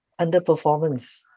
underperformance